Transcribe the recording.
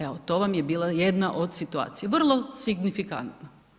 Evo, to vam je bila jedna od situacija, vrlo signifikantna.